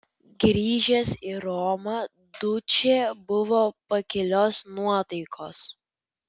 grįžęs į romą dučė buvo pakilios nuotaikos